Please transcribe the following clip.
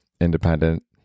independent